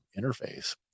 interface